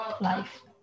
life